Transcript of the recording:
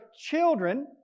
children